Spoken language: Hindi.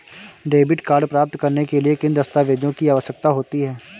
डेबिट कार्ड प्राप्त करने के लिए किन दस्तावेज़ों की आवश्यकता होती है?